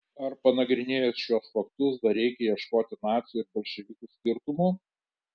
ar panagrinėjus šiuos faktus dar reikia ieškoti nacių ir bolševikų skirtumų